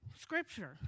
Scripture